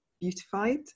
beautified